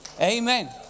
amen